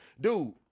Dude